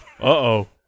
Uh-oh